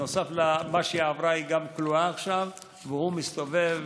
נוסף למה שהיא עברה היא גם כלואה עכשיו והוא מסתובב